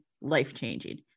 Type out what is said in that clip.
life-changing